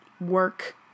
work